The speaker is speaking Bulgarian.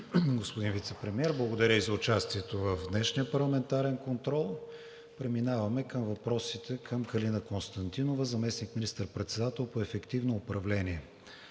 господин Вицепремиер. Благодаря и за участието в днешния парламентарен контрол. Преминаваме към въпросите към Калина Константинова – заместник министър-председател по ефективно управление.